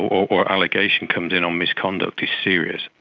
or allegation comes in on misconduct is serious.